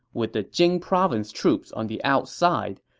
with the jing province troops on the outside.